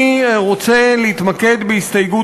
אני רוצה להתמקד בהסתייגות,